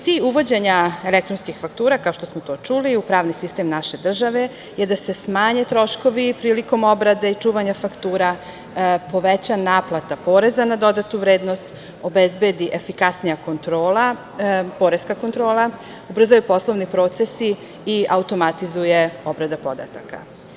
Cilj uvođenja elektronskih faktura, kao što smo to čuli, u pravni sistem naše države je da se smanje troškovi prilikom obrade i čuvanja faktura, poveća naplata poreza na dodatu vrednost, obezbedi efikasnija kontrola, poreska kontrola, ubrzaju poslovni procesi i automatizuje obrada podataka.